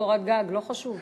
קורת גג לא חשוב?